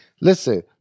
listen